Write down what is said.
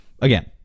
again